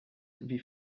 wie